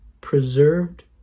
preserved